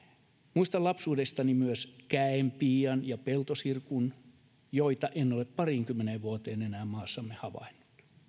muistan lapsuudestani myös käenpiian ja peltosirkun joita en ole pariinkymmeneen vuoteen enää maassamme havainnut